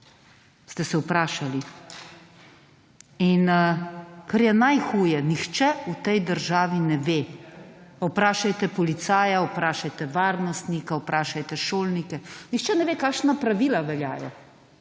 Ste se vprašali? Kar je najhuje, nihče v tej državi ne ve, vprašajte policija, vprašajte varnostnika, vprašajte šolnike, nihče ne ve kakšna pravila veljajo.